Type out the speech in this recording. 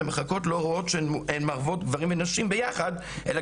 המחלקות לא רואות שהן מערבות גברים ונשים ביחד אלא